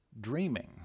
dreaming